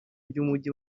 by’umujyi